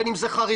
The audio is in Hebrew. בין אם זה חרדים,